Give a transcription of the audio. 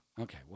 Okay